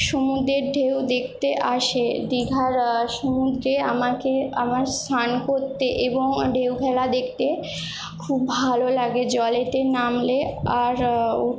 সমুদ্রের ঢেউ দেখতে আসে দীঘার সমুদ্রে আমাকে আমার সান করতে এবং ঢেউ খেলা দেখতে খুব ভালো লাগে জলেতে নামলে আর